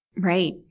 Right